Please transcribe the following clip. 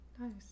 Nice